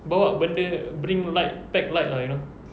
bawa benda bring light pack light lah you know